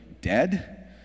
Dead